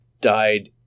died